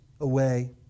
away